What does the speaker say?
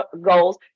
goals